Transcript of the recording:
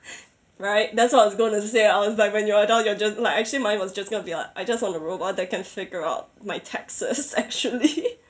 right that's what I was going to say I was like when you're adult you're just like actually mine was just gonna be like I just want a robot that can figure out my taxes actually